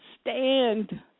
stand